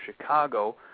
Chicago